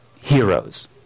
heroes